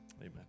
Amen